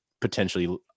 potentially